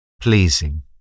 pleasing